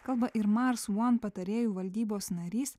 kalba ir mars one patarėjų valdybos narys